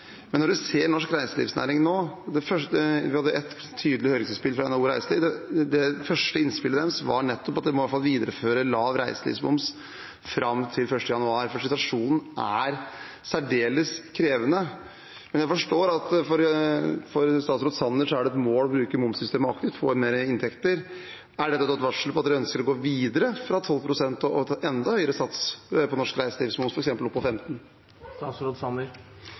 Når en ser på norsk reiselivsnæring nå: Vi hadde et tydelig høringsinnspill fra NHO Reiseliv. Det første innspillet deres var nettopp at vi i hvert fall må videreføre lav reiselivsmoms fram til 1. januar, for situasjonen er særdeles krevende. Jeg forstår at det for statsråd Sanner er et mål å bruke momssystemet aktivt og få inn mer inntekter – er dette da et varsel om at han ønsker å gå videre fra 12 pst. og til en enda høyere sats på norsk reiselivsmoms, f.eks. opp til 15